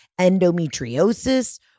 endometriosis